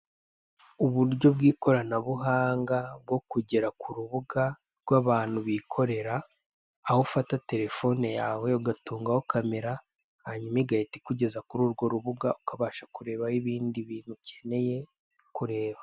Uburyo bw'ikorabuhanga bwo kugera ku rubuga rw'abantu bikorera aho ufata telefone yawe ugatungaho kamera hanyuma igahita ikugeza kuri urwo rubuga ukabasha kurebaho ibindi bintu ukeneye kureba.